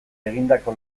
egindako